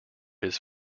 his